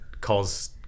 calls